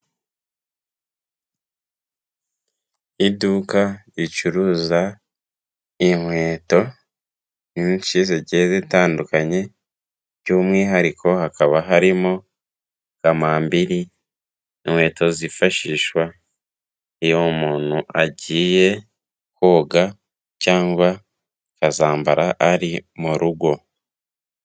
Iduka ricuruza inkweto nyinshi zigiye zitandukanye by'umwihariko hakaba harimo kamambiri, inkweto zifashishwa iyo umuntu agiye koga cyangwa akazambara ari mu rugo.